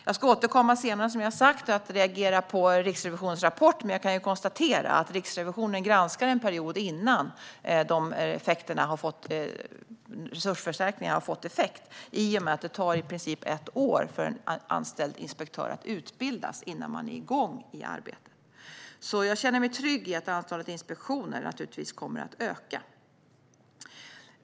Jag ska som sagt återkomma senare med en reaktion på Riksrevisionens rapport, men jag kan konstatera att Riksrevisionen granskar en period innan resursförstärkningarna fått effekt. Det tar nämligen i princip ett år för en anställd inspektör att utbildas innan man är igång med arbetet. Jag känner mig alltså trygg med att antalet inspektioner naturligtvis kommer att öka.